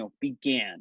began